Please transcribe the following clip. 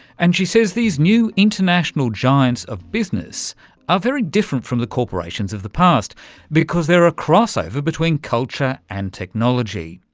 and she says these new international giants of business are very different from the corporations of the past because they're a cross-over between culture and technology.